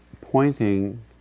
pointing